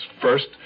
First